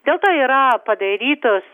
dėl to yra padarytos